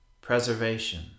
preservation